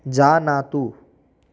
जानातु